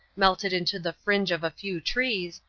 melted into the fringe of a few trees,